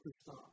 stop